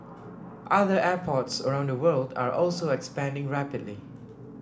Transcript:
other airports around the world are also expanding rapidly